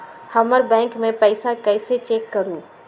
हमर बैंक में पईसा कईसे चेक करु?